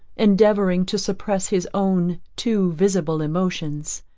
endeavouring to suppress his own too visible emotions.